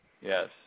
Yes